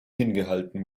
hingehalten